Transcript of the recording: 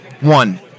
one